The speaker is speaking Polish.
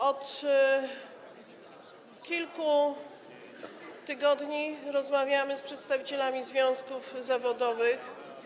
Od kilku tygodni rozmawiamy z przedstawicielami związków zawodowych.